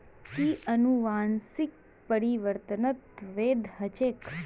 कि अनुवंशिक परिवर्तन वैध ह छेक